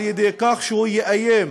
על-ידי כך שהוא יאיים